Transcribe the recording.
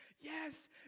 yes